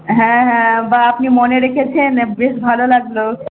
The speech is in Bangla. হ্যাঁ হ্যাঁ বাহ্ আপনি মনে রেখেছেন বেশ ভালো লাগলো